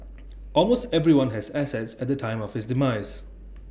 almost everyone has assets at the time of his demise